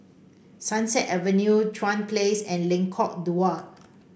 Sunset Avenue Chuan Place and Lengkok Dua